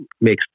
makes